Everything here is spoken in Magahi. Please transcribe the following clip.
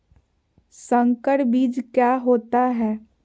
संकर बीज क्या होता है?